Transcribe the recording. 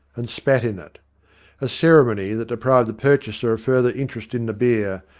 and spat in it a ceremony that deprived the purchaser of further interest in the beer,